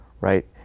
right